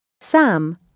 Sam